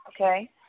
Okay